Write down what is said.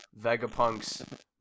Vegapunk's